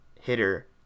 hitter